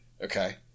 Okay